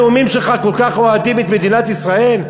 הנאומים שלך כל כך אוהדים את מדינת ישראל?